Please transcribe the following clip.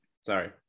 Sorry